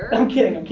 i'm kidding.